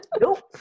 nope